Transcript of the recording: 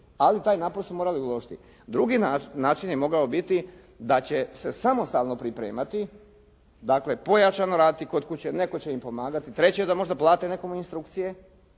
Ali taj napor su morali uložiti. Drugi način je mogao biti da će se samostalno pripremati, dakle pojačano raditi kod kuće, netko će im pomagati. Treće je da možda plate nekome instrukcije.